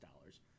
dollars